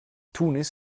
tunis